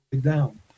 down